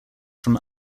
from